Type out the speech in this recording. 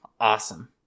Awesome